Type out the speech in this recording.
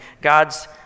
God's